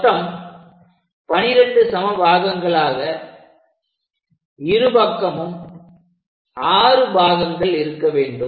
மொத்தம் 12 சம பாகங்களாக இருபக்கமும் 6 பாகங்கள் இருக்க வேண்டும்